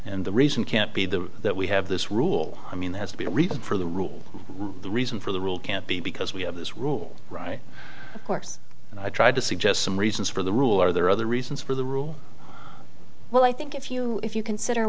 and the reason can't be the that we have this rule i mean has to be a reason for the rule the reason for the rule can't be because we have this rule right course and i tried to suggest some reasons for the rule are there other reasons for the rule well i think if you if you consider